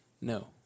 no